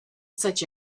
such